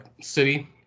city